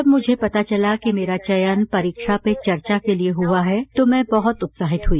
जब मुझे पता चला कि मेता चयन परीक्षा पे चर्चा के लिए हुआ है तो मैं बहुत उत्साझहित हुई